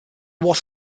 was